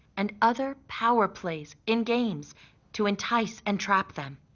and other power plays in games to entice and trap them.